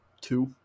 Two